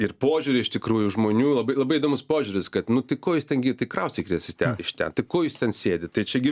ir požiūrį iš tikrųjų žmonių labai labai įdomus požiūris kad nu tai ko jūs ten gi tai kraustykitės į ten iš ten tai ko jūs ten sėdit tai čia gi